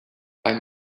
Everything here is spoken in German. beim